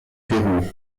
peru